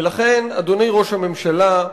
ולכן, אדוני ראש הממשלה,